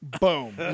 Boom